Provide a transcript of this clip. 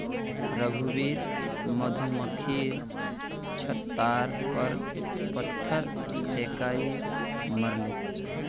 रघुवीर मधुमक्खीर छततार पर पत्थर फेकई मारले